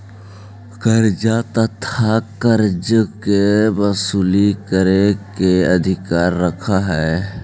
कर्जा दाता कर्जा के वसूली करे के अधिकार रखऽ हई